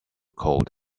cold